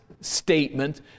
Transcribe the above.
statement